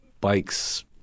bikes